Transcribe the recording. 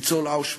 ניצול אושוויץ: